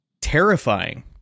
terrifying